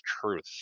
truth